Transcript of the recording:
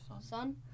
son